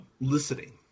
listening